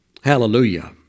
Hallelujah